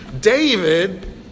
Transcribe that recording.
David